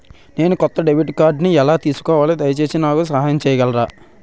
నేను కొత్త డెబిట్ కార్డ్ని ఎలా తీసుకోవాలి, దయచేసి నాకు సహాయం చేయగలరా?